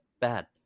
bad